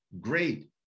Great